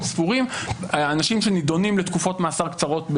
אנשים שנדונים לתקופות מאסר קצרות,